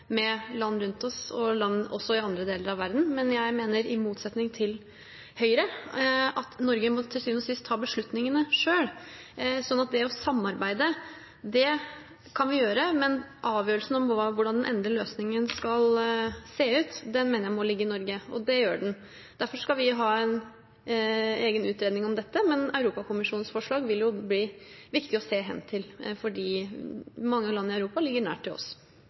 med land rundt oss og med land i andre deler av verden. Men jeg mener i motsetning til Høyre at Norge til syvende og sist må ta beslutningene selv. Så å samarbeide kan vi gjøre, men avgjørelsen om hvordan den endelige løsningen skal se ut, mener jeg må ligge i Norge. Og det gjør den. Derfor skal vi ha en egen utredning om dette, men Europakommisjonens forslag vil bli viktig å se hen til, fordi mange land i Europa ligger nært oss.